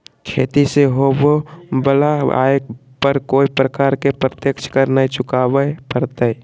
खेती से होबो वला आय पर कोय प्रकार के प्रत्यक्ष कर नय चुकावय परतय